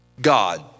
God